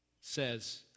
says